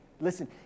listen